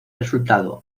resultado